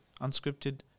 Unscripted